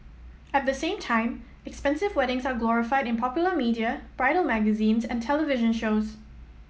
at the same time expensive weddings are glorified in popular media bridal magazines and television shows